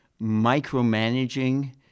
micromanaging